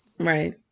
right